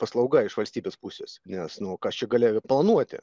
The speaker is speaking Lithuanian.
paslauga iš valstybės pusės nes nu kas čia galėjo planuoti